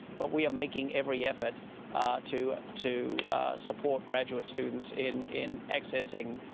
but we are making every effort to to support graduate students in in accessing